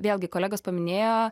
vėlgi kolegos paminėjo